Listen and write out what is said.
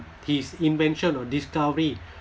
his invention or discovery